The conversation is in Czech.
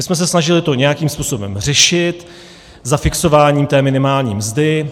My jsme se to snažili nějakým způsobem řešit zafixováním té minimální mzdy.